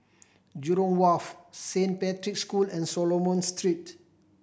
Jurong Wharf Saint Patrick's School and Solomon Street